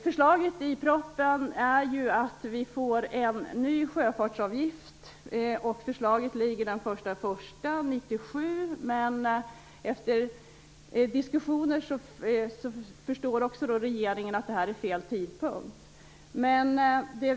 Förslaget i propositionen innebär att vi får en ny sjöfartsavgift. Förslaget innebär att den skall börja gälla den 1 januari 1997, men efter diskussioner förstår även regeringen att det är fel tidpunkt.